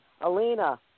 Alina